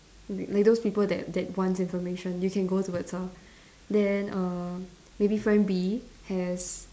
like like those people that that wants information you can go towards her then err maybe friend B has